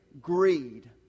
Greed